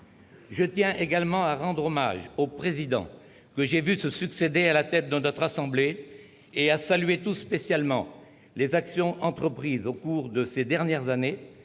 Je tiens également à rendre hommage aux présidents que j'ai vus se succéder à la tête de notre assemblée, et à saluer tout spécialement les actions entreprises au cours de ces dernières années,